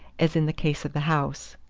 as in the case of the house.